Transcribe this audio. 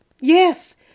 Yes